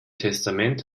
testament